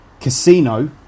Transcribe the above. Casino